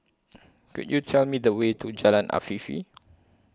Could YOU Tell Me The Way to Jalan Afifi